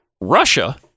Russia